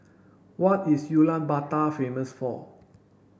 what is Ulaanbaatar famous for